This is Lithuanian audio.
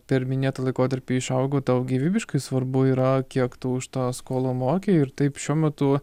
per minėtą laikotarpį išaugo tau gyvybiškai svarbu yra kiek tu už tą skolą moki ir taip šiuo metu